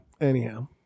Anyhow